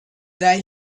that